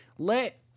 Let